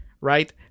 right